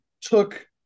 took